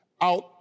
out